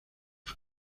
los